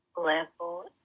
Level